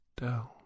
down